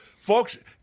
folks